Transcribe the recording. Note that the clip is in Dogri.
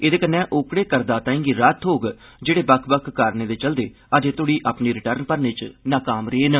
एदे कन्नै ओकड़े करदाताएं गी राहत थ्होग जेड़े बक्ख बक्ख कारणें दे चलदे अजें तोड़ी अपनी रिटर्न भरने च नाकाम रेय न